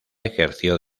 ejerció